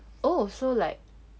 oh so like